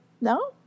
No